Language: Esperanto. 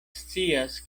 scias